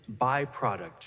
byproduct